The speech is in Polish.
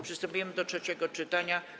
Przystępujemy do trzeciego czytania.